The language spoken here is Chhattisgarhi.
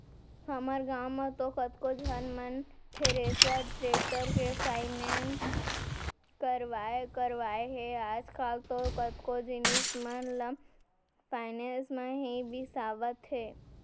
हमर गॉंव म तो कतको झन मन थेरेसर, टेक्टर के फायनेंस करवाय करवाय हे आजकल तो कतको जिनिस मन ल फायनेंस म ही बिसावत हें